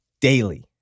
daily